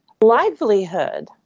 livelihood